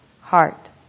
heart